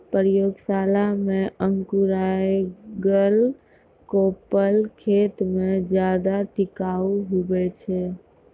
प्रयोगशाला मे अंकुराएल कोपल खेत मे ज्यादा टिकाऊ हुवै छै